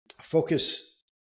focus